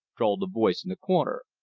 drawled a voice in the corner.